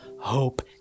hope